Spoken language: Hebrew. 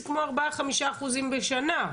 זה כמו 4%-5% בשנה.